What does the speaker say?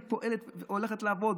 היא פועלת, הולכת לעבוד,